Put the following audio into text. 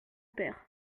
père